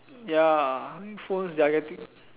ya phones they are getting